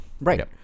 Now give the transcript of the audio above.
Right